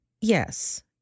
Yes